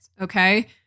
okay